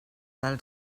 del